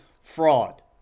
fraud